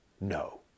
No